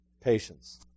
Patience